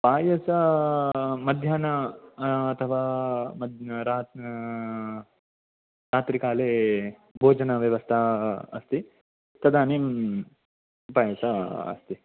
पायस मध्यान्ह अथवा मद् रात् रात्रि काले भोजनव्यवस्था अस्ति तदानीं पायस अस्ति